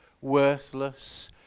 worthless